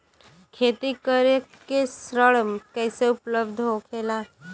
खेती करे के ऋण कैसे उपलब्ध होखेला?